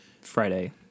Friday